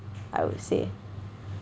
I would say